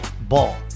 Ball